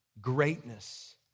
greatness